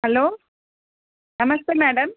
hello నమస్తే madam